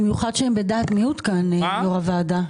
במיוחד שהם בדעת מיעוט, יושב-ראש הוועדה.